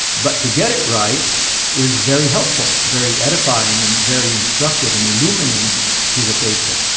but to get it right is very helpful, very edifying, and very instructive and illumining to the faithful.